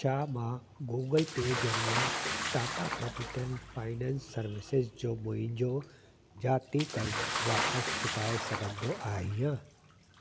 छा मां Google Pay ज़रिए टाटा कैपिटल फाइनेंस सर्विसेज़ जो मुंहिंजो जाती क़र्ज़ु वापसि चुकाए सघंदो आहियां